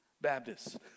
Baptists